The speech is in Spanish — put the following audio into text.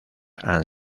han